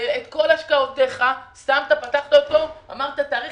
ואת כל השקעותיך שמת ואמרת שתפתח